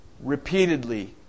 Repeatedly